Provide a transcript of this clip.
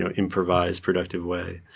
ah improvised, productive way.